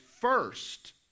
first